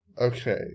Okay